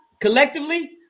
collectively